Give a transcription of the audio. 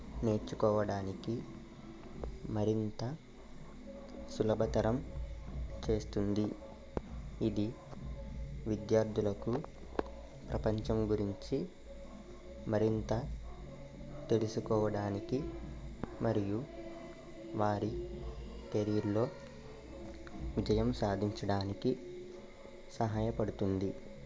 నేర్చుకోవడానికి మరింత సులభతరం చేస్తుంది ఇది విద్యార్థులకు ప్రపంచం గురించి మరింత తెలుసుకోవడానికి మరియు వారి కెరియర్లో విజయం సాధించడానికి సహాయపడుతుంది